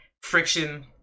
friction